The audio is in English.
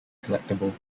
collectible